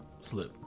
Slip